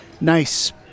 nice